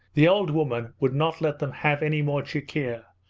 the old woman would not let them have any more chikhir,